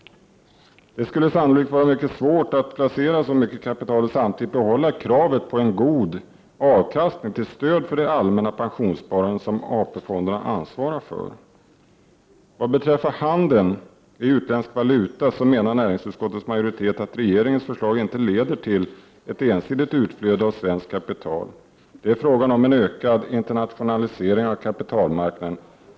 Det skulle sannolikt vara mycket svårt att placera så mycket pengar samtidigt som man behåller kravet på en god avkastning till stöd för det allmänna pensionssparande som AP-fonderna ansvarar för. Vad beträffar handeln i utländsk valuta menar näringsutskottets majoritet att regeringens förslag inte leder till ett ensidigt utflöde av svenskt kapital. Det är fråga om en ökad internationalisering av kapitalmarknaden.